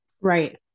Right